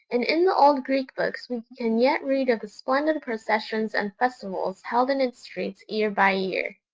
and in the old greek books we can yet read of the splendid processions and festivals held in its streets year by year.